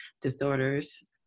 Disorders